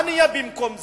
מה נהיה במקום זה?